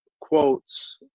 quotes